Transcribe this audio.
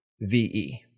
VE